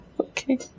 Okay